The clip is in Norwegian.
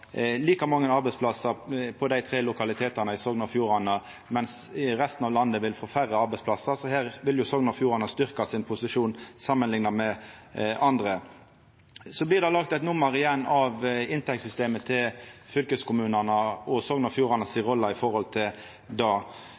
like mange arbeidsplassar på dei tre lokalitetane i Sogn og Fjordane, mens resten av landet vil få færre arbeidsplassar. Så her vil Sogn og Fjordane styrkja sin posisjon samanlikna med andre. Så blir det igjen laga eit nummer av inntektssystemet til fylkeskommunane og Sogn og Fjordane si rolle i forhold til det.